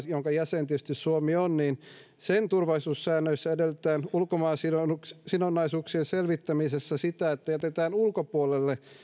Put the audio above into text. jonka jäsen tietysti suomi on niin sen turvallisuussäännöissä edellytetään ulkomaasidonnaisuuksien selvittämisessä sitä että jätetään ulkopuolelle